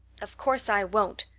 of course i won't,